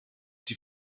die